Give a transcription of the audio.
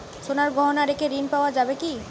সোনার গহনা রেখে ঋণ পাওয়া যাবে কি?